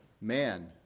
man